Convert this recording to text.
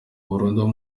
burundu